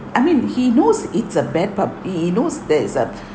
I mean he knows it's a bad pub he knows there is a